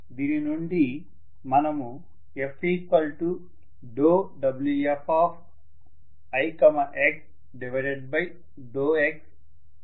దీని నుండి మనము F∂Wfix∂x｜i constant గా రాయవచ్చు